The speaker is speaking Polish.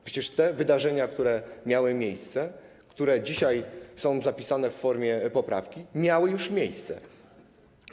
Przecież te wydarzenia, które miały miejsce, które dzisiaj są zapisane w formie poprawki, już się odbyły.